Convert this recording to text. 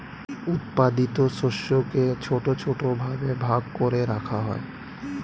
উৎপাদিত শস্যকে ছোট ছোট ভাবে ভাগ করে রাখা হয়